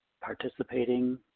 participating